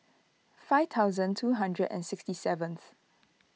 five thousand two hundred and sixty seventh